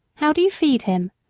how do you feed him?